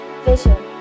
Vision